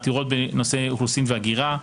עתירות בנושא אוכלוסין והגירה,